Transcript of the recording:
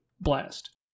blast